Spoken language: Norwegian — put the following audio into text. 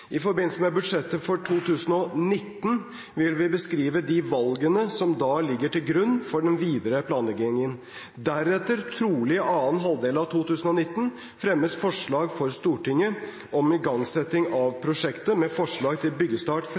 I forbindelse med budsjettet for 2019 vil vi beskrive de valgene som da ligger til grunn for den videre planleggingen. Deretter, trolig i annen halvdel av 2019, fremmes forslag for Stortinget om igangsetting av prosjektet med forslag til byggestart,